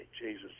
Jesus